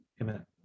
amen